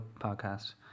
podcast